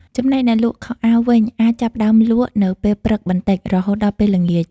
ចំណែកអ្នកលក់ខោអាវវិញអាចចាប់ផ្តើមលក់នៅពេលព្រឹកបន្តិច រហូតដល់ពេលល្ងាច។